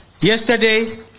Yesterday